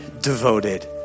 devoted